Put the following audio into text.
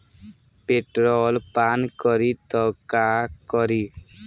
Petrol पान करी त का करी?